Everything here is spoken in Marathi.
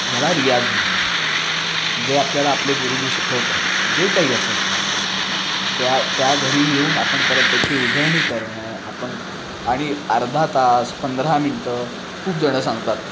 याला रियाज म्हणतात जे आपल्याला आपले गुरुजी शिकवतात जे काही असेल ते त्या त्या घरी येऊन आपण परत त्याची उजळणी करणं आपण आणि अर्धा तास पंधरा मिनटं खूप जणं सांगतात